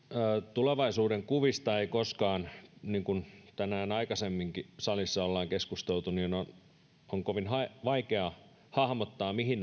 tulevaisuudenkuvista ei koskaan niin kuin tänään aikaisemminkin salissa ollaan keskusteltu on on kovin vaikea hahmottaa mihin